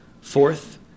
Fourth